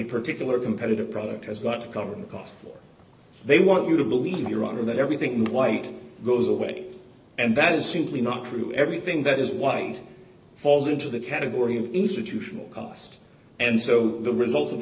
particular competitive product has got to cover because they want you to believe you're right and that everything white goes away and that is simply not true everything that is white falls into the category of institutional cost and so the result of the